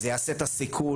זה יעשה את הסיכול?